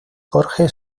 jorge